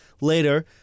later